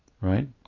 Right